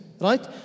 right